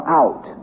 out